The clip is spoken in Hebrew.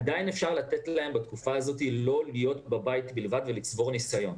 עדיין אפשר לתת להם בתקופה הזאת לא להיות בבית בלבד ולצבור ניסיון.